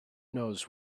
knows